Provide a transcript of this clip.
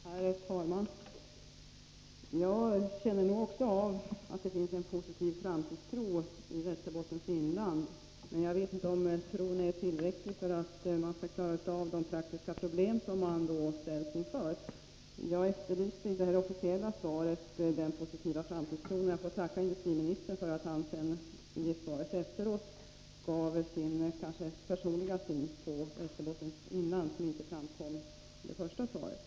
Herr talman! Även jag vet att det finns en positiv framtidstro i Västerbottens inland, men jag vet inte om tron är tillräckligt stark för att man skall kunna klara av de praktiska problem som man ställs inför. Jag efterlyste framtidstro i det officiella svaret och får nu tacka industriministern för att han i sitt senare inlägg visade en positiv, och kanske personlig, inställning, som måhända inte riktigt kom fram i det första svaret.